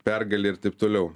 pergalė ir taip toliau